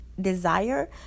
desire